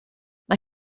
mae